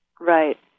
Right